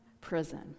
Prison